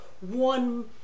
one